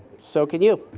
so can you.